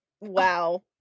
Wow